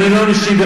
אני לא משיב,